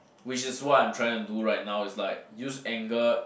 which is what I'm trying to do right now is like use anger